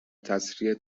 تسریع